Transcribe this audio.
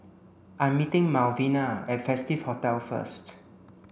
I'm meeting Malvina at Festive Hotel first